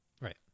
Right